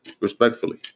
respectfully